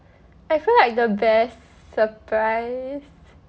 I feel like the best surprise